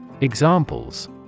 Examples